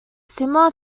similar